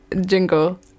jingle